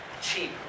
cheap